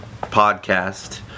Podcast